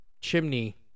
chimney